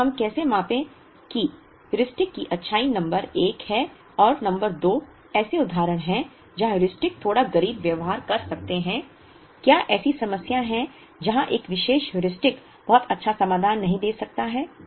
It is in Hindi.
फिर हम कैसे मापें कि हेयुरिस्टिक की अच्छाई नंबर 1 है और नंबर 2 ऐसे उदाहरण हैं जहां हेयुरिस्टिक थोड़ा गरीब व्यवहार कर सकते हैं क्या ऐसी समस्याएँ हैं जहां एक विशेष हेयुरिस्टिक बहुत अच्छा समाधान नहीं दे सकता है